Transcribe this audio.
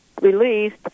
released